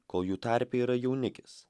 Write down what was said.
kol jų tarpe yra jaunikis